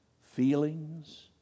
feelings